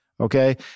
Okay